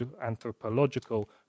anthropological